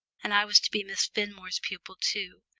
and i was to be miss fenmore's pupil too.